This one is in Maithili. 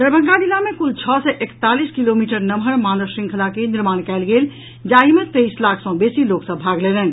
दरभंगा जिला मे कुल छओ सय एकतालीस किलोमीटर नम्हर मानव श्रृंखला के निर्माण कयल गेल जाहि मे तेईस लाख सँ बेसी लोक सभ भाग लेलनि